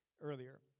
earlier